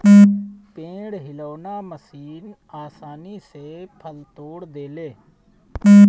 पेड़ हिलौना मशीन आसानी से फल तोड़ देले